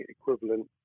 equivalent